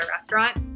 restaurant